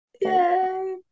Yay